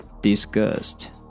disgust